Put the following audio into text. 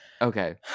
okay